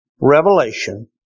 revelation